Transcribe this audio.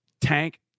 tank